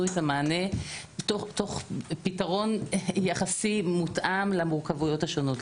את המענה תוך פתרון יחסי מותאם למורכבויות השונות.